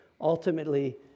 ultimately